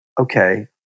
okay